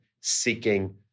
seeking